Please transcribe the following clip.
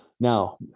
Now